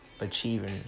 achieving